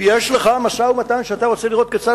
ויש לך משא-ומתן שאתה רוצה לראות כיצד